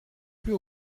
plus